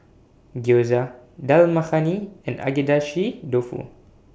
Gyoza Dal Makhani and Agedashi Dofu